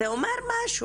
אז זה אומר משהו